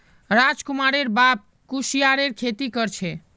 राजकुमारेर बाप कुस्यारेर खेती कर छे